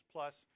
Plus